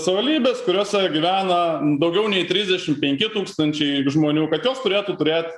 savivaldybės kuriose gyvena daugiau nei trisdešim penki tūkstančiai žmonių kad jos turėtų turėt